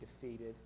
defeated